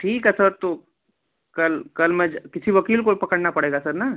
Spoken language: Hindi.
ठीक है सर तो कल कल मैं किसी वकील को पकड़ना पड़ेगा सर ना